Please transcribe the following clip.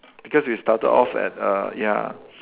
because we started off at err ya